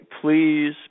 please